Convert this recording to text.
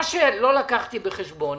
מה שלא לקחתי בחשבון,